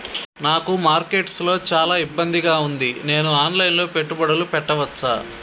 నాకు మార్కెట్స్ లో చాలా ఇబ్బందిగా ఉంది, నేను ఆన్ లైన్ లో పెట్టుబడులు పెట్టవచ్చా?